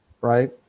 right